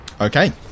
okay